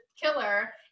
killer